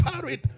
carried